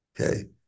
Okay